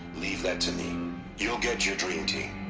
leave that to me you'll get your dream team.